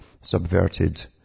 subverted